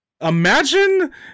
imagine